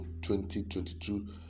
2022